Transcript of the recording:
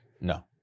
No